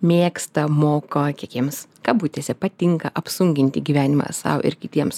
mėgsta moka kiek jiems kabutėse patinka apsunkinti gyvenimą sau ir kitiems